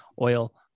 Oil